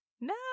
No